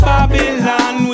Babylon